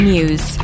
News